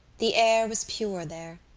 the air was pure there.